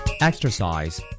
Exercise